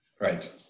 Right